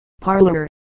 parlor